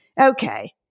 Okay